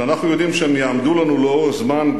שאנחנו יודעים שהם יעמדו לנו לאורך זמן,